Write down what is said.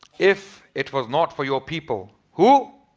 if it was not for your people. who?